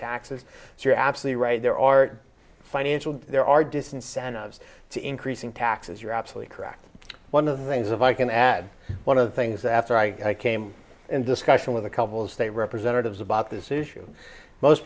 taxes so you're absolutely right there are financial there are disincentives to increasing taxes you're absolutely correct one of the things if i can add one of the things after i came in discussion with a couple of state representatives about this issue most